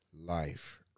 life